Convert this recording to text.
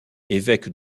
évêque